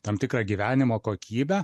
tam tikrą gyvenimo kokybę